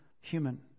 human